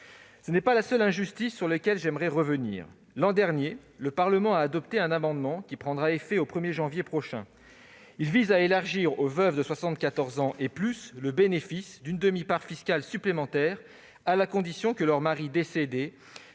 Ce n'est pas la seule injustice, sur laquelle je souhaite revenir. L'an dernier, le Parlement a adopté une disposition, qui prendra effet au 1 janvier prochain, élargissant aux veuves de 74 ans et plus le bénéfice d'une demi-part fiscale supplémentaire, à la condition que leur mari,